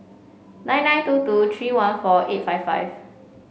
nine nine two two three one four eight five five